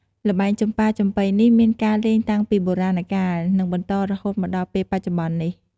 ល្បែងចំប៉ាចំប៉ីនេះ មានការលេងតាំងពីបុរាកាល និងបន្តរហូតមកដល់ពេលបច្ចុប្បន្ននេះ។